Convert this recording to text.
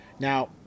Now